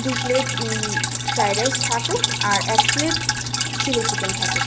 দু plate fried rice থাকুক আর এক প্লেট চিলি চিকেন থাকুক